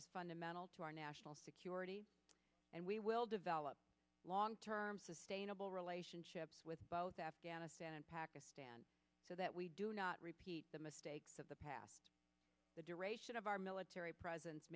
is fundamental to our national security and we will develop a long term sustainable relationship with both afghanistan and pakistan so that we do not repeat the mistakes of the past the duration of our military presence